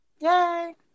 Yay